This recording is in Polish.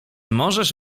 możesz